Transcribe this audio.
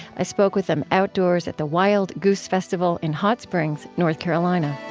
i spoke with them outdoors at the wild goose festival in hot springs, north carolina